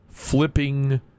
Flipping